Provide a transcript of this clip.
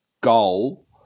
goal